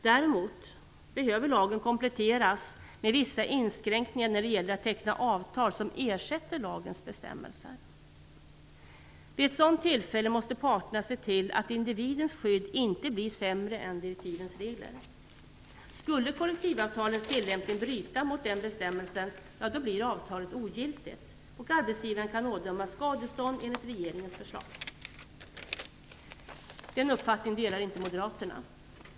Däremot behöver lagen kompletteras med vissa inskränkningar när det gäller att teckna avtal som ersätter lagens bestämmelser. Vid ett sådant tillfälle måste parterna se till att individens skydd inte blir sämre än vad direktivens regler anger. Skulle kollektivavtalens tillämpning bryta mot den bestämmelsen blir avtalet ogiltigt, och arbetsgivaren kan ådömas skadestånd enligt regeringens förslag. Den uppfattningen delar inte Moderaterna.